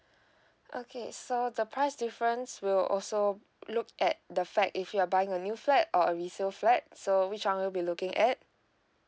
okay so the price difference will also look at the fact if you're buying a new flat or a resale flat so which one will be looking at